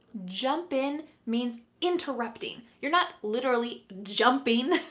jump in means interrupting. you're not literally jumping,